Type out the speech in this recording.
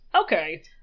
Okay